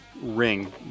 ring